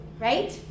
right